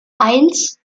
eins